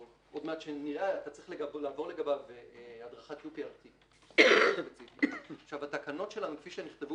או לעבור לגביו הדרכת UPRT. התקנות שלנו כפי שנכתבו